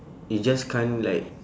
you just can't like